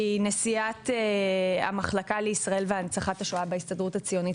נשיאת המחלקה לישראל ולהנצחת השואה בהסתדרות הציונית